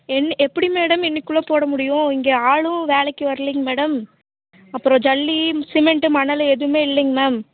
என்ன எப்படி மேடம் இன்றைக்குள்ள போட முடியும் இங்கே ஆளும் வேலைக்கு வர்லைங் மேடம் அப்புறம் ஜல்லி சிமெண்ட்டு மணல் எதுவுமே இல்லைங்க மேம்